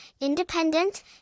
independent